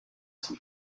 zum